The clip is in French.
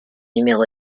numéro